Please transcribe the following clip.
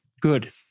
Good